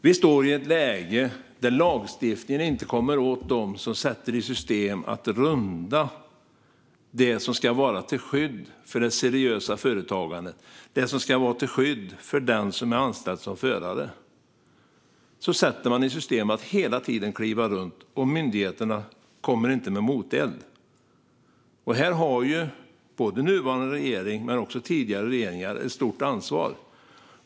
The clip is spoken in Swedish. Vi står i ett läge där lagstiftningen inte kommer åt dem som sätter i system att runda det som ska vara till skydd för det seriösa företagande och den som är anställd som förare. Man sätter i system att hela tiden kliva runt, och myndigheterna kommer inte med moteld. Här har nuvarande regering men också tidigare regeringar ett stort ansvar.